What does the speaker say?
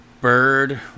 bird